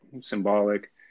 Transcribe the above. symbolic